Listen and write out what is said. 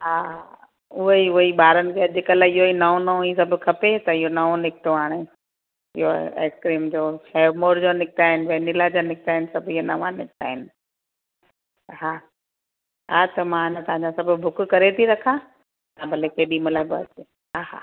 हा उहेई उहेई ॿारनि खे अॼकल्ह इहो नओं नओं ई सभु खपे त इहो नओं निकितो हाणे इहो आइस्क्रीम जो हैवमोर जो निकिता आहिनि वनिला जा निकिता आहिनि सभु हीअ नवां निकिता आहिनि हा हा त मां न तव्हां सभु बुक करे थी रखां तव्हां भले केॾी महिल बि अचो हा हा